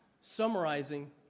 summarizing